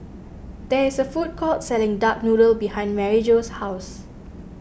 there is a food court selling Duck Noodle behind Maryjo's house